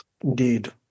Indeed